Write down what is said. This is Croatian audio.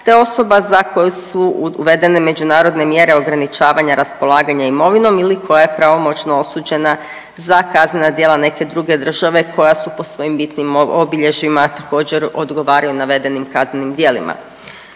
te osoba za koju su uvedene međunarodne mjere ograničavanja raspolaganja imovinom ili koja je pravomoćno osuđena za kaznena djela neke druge države koja su po svojim bitnim obilježjima također odgovaraju navedenim kaznenim djelima.